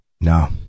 no